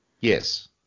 Yes